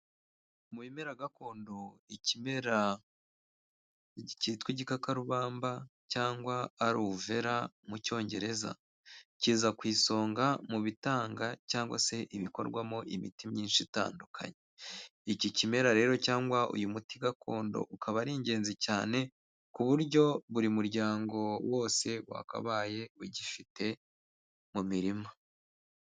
Mu bimera gakondo, ikimera cyitwa igikakarubamba cyangwa alo uvera, mu cyongereza, kiza ku isonga mu bitanga cyangwa se ibikorwamo imiti myinshi itandukanye, iki kimera rero cyangwa uyu muti gakondo ukaba ari ingenzi cyane ku buryo buri muryango wose wakabaye ugifite mu mirima.